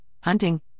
hunting